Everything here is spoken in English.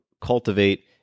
cultivate